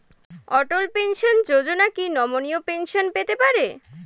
অটল pension Yojana কি নমনীয় pension পেতে পারে?